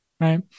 right